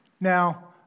Now